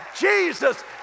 Jesus